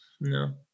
No